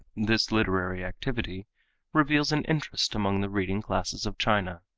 this literary activity reveals an interest among the reading classes of china.